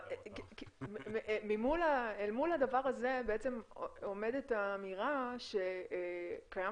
אל מול הדבר הזה עומדת האמירה שקיים